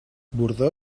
bordó